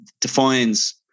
defines